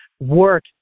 work